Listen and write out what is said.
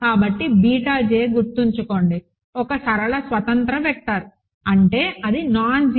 కానీ beta j గుర్తుంచుకోండి ఒక సరళ స్వతంత్ర వెక్టర్ అంటే అది నాన్ జీరో